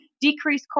decrease